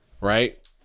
right